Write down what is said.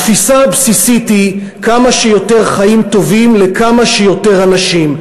התפיסה הבסיסית היא: כמה שיותר חיים טובים לכמה שיותר אנשים.